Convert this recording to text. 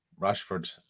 Rashford